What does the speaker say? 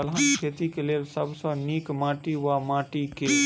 दलहन खेती केँ लेल सब सऽ नीक माटि वा माटि केँ?